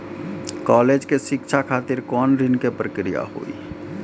College के शिक्षा खातिर कौन ऋण के प्रक्रिया हुई?